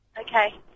Okay